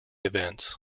events